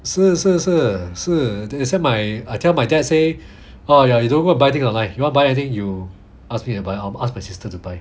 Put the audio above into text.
是是是是 send my I tell my dad say !aiya! you don't buy thing online like you want buy anything you ask me to buy or you ask my sister to buy